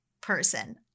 person